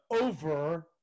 over